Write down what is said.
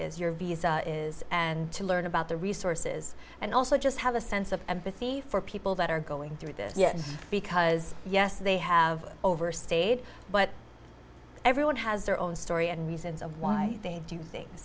is your visa is and to learn about the resources and also just have a sense of empathy for people that are going through this yes because yes they have overstayed but everyone has their own story and reasons of why they do things